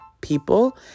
people